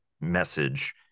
message